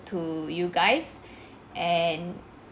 to you guys and